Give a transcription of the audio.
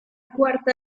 cuarta